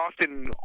often